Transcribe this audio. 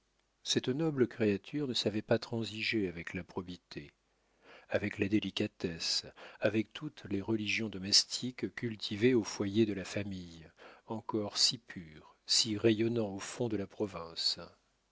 cette noble créature ne savait pas transiger avec la probité avec la délicatesse avec toutes les religions domestiques cultivées au foyer de la famille encore si pur si rayonnant au fond de la province